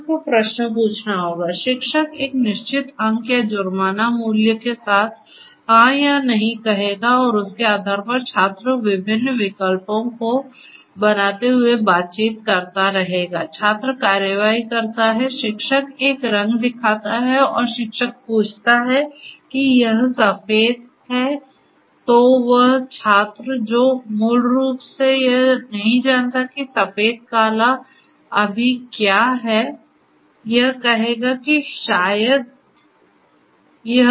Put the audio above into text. छात्र को प्रश्न पूछना होगा शिक्षक एक निश्चित अंक या जुर्माना मूल्य के साथ हां या नहीं कहेगा और उसके आधार पर छात्र विभिन्न विकल्पों को बनाते हुए बातचीत करता रहेगा छात्र कार्रवाई करता है शिक्षक एक रंग दिखाता है और शिक्षक पूछता है कि क्या यह सफेद है तो वह छात्र जो मूल रूप से यह नहीं जानता है कि सफेद काला अभी क्या है यह कहेगा कि यह शायद ग्रे है